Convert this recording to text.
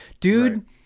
Dude